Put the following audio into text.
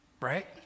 right